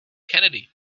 kennedy